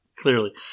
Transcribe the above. Clearly